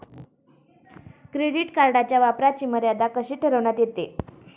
Credit कार्डच्या वापराची मर्यादा कशी ठरविण्यात येते?